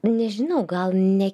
nežinau gal ne